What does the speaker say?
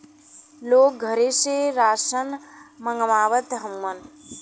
लोग घरे से रासन मंगवावत हउवन